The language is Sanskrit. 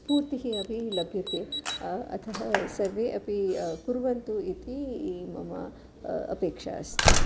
स्फूर्तिः अपि लभ्यते अतः सर्वे अपि कुर्वन्तु इति मम अपेक्षा अस्ति